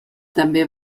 també